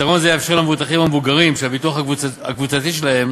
פתרון זה יאפשר למבוטחים המבוגרים אשר הביטוח הקבוצתי שלהם